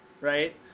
right